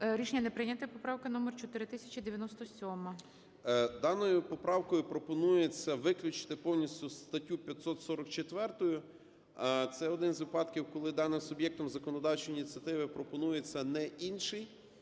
Рішення не прийнято. Поправка номер 4097. 17:07:22 СИДОРОВИЧ Р.М. Даною поправкою пропонується виключити повністю статтю 544. Це один з випадків, коли даним суб'єктом законодавчої ініціативи пропонується не інший…